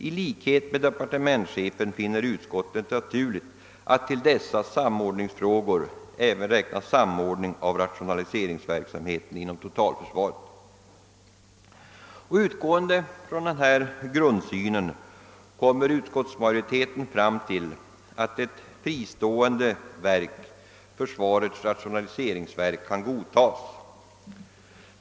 I likhet med depårtementschefen finner utskottet naturligt att till dessa samordningsfrågor även räkna samordning av rationaliseringsverksamheten inom =<totalförsvaret.» Utgående från denna grundsyn kommer utskottsmåjoriteten fram till att ett fristående verk, försvarets rationaliseringsverk, kan godtagas.